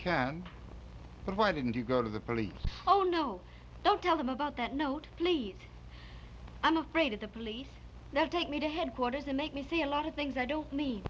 can but why didn't you go to the police oh no don't tell them about that note please i'm afraid of the police that take me to headquarters and make me see a lot of things i don't need